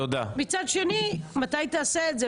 מצד שני, מתי תעשה את זה?